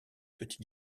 petits